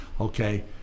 okay